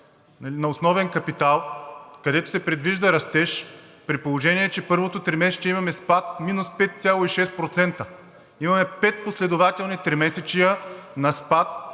на основен капитал, където се предвижда растеж, при положение че първото тримесечие имаме спад минус 5,6%? Имаме пет последователни тримесечия на спад